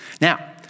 Now